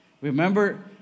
Remember